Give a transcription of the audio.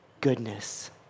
goodness